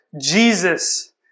Jesus